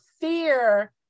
fear